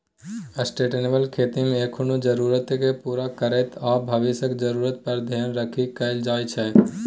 sustainable खेतीमे एखनुक जरुरतकेँ पुरा करैत आ भबिसक जरुरत पर धेआन राखि कएल जाइ छै